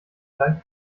gleich